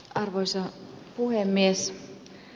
arvoisa puhemies